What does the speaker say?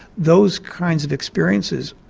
those kinds of experiences,